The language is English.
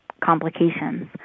complications